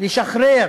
לשחרר